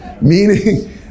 Meaning